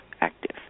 active